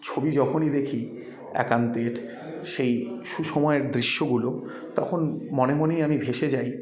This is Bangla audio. ছবি যখনই দেখি একান্তের সেই সুসময়ের দৃশ্যগুলো তখন মনে মনেই আমি ভেসে যাই